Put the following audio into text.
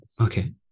Okay